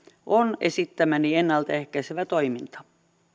on esittämäni ennalta ehkäisevä toiminta